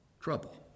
Trouble